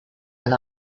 and